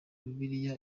bibiliya